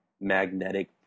magnetic